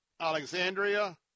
Alexandria